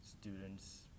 students